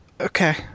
Okay